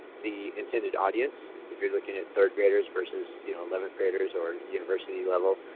the intended audience, if you are looking at third graders versus you know eleventh graders or university level.